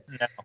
No